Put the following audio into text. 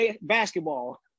basketball